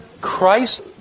Christ